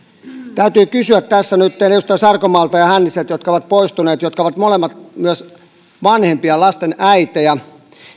täytyy kysyä tässä nytten edustaja sarkomaalta ja hänniseltä jotka ovat poistuneet jotka ovat molemmat myös vanhempia lasten äitejä